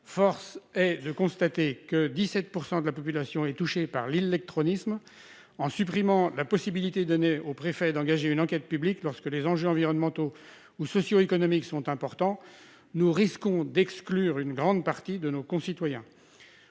Force est de constater que 17 % de la population est touchée par l'illectronisme. En supprimant la possibilité donnée aux préfets d'engager une enquête publique lorsque les enjeux environnementaux ou socio-économiques sont importants, nous risquons d'exclure une grande partie de nos concitoyens.